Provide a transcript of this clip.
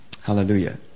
Hallelujah